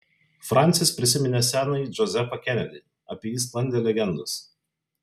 fransis prisiminė senąjį džozefą kenedį apie jį sklandė legendos